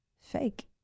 fake